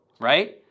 Right